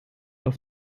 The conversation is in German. auf